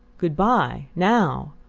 good-bye now?